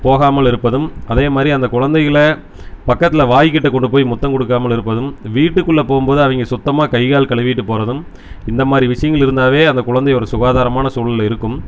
போகாமல் இருப்பதும் அதேமாதிரி அந்த குழந்தைகள பக்கத்தில் வாய்கிட்ட கொண்டு போய் முத்தம் கொடுக்காமல் இருப்பதும் வீட்டுக்குள்ளே போகும்போது அவங்க சுத்தமாக கை கால் கழுவிகிட்டு போகிறதும் இந்தமாதிரி விஷயங்கள் இருந்தாலே அந்த குழந்தை ஒரு சுகாதாரமான சூழலில் இருக்கும்